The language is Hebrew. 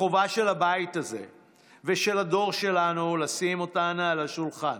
החובה של הבית הזה ושל הדור שלנו היא לשים אותן על השולחן,